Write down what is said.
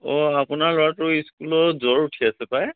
অঁ আপোনাৰ ল'ৰাটো স্কুলত জ্বৰ উঠি আছে পাই